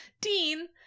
Dean